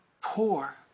poor